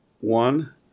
one